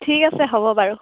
ঠিক আছে হ'ব বাৰু